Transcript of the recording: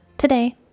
Today